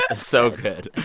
ah so good.